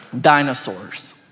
dinosaurs